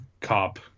cop